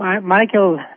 Michael